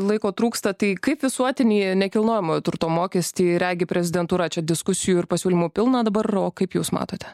laiko trūksta tai kaip visuotinį nekilnojamojo turto mokestį regi prezidentūra čia diskusijų ir pasiūlymų pilna dabar o kaip jūs matote